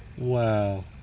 Wow